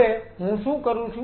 હવે હું શું કરું છું